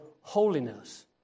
holiness